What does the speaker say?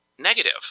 negative